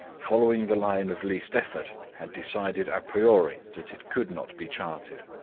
following the line of least effort, had decided a priori that it could not be charted.